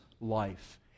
life